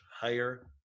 higher